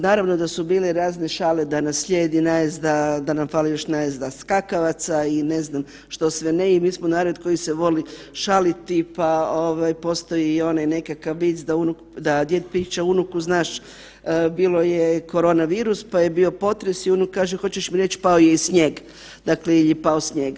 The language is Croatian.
Naravno da su bile razne šale, da nas slijedi najezda, da nam fali još najezda skakavaca i ne znam što sve ne i mi smo narod koji se voli šaliti pa ovaj postoji i onaj nekakav vic da djed priča unuku znači bio je korona virus, pa je bio potres i unuk kaže hoćeš mi reći pao je i snijeg, dakle jel je pao snijeg.